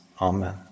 Amen